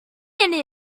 canyon